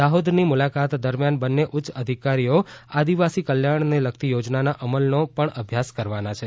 દાહોદની મુલાકાત દરમ્યાન બંને ઉચ્ચ અધિકારીઓ આદિવાસી કલ્યાણને લગતી યોજનાના અમલનો પણ અભ્યાસ કરવાના છે